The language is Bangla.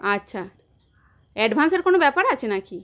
আচ্ছা অ্যাডভান্সের কোনও ব্যাপার আছে না কি